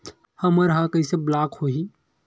हमर ह कइसे ब्लॉक होही?